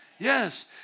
Yes